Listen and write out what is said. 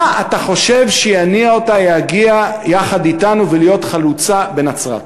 מה אתה חושב שיניע אותה להגיע יחד אתנו ולהיות חלוצה בנצרת?